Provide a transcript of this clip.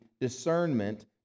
discernment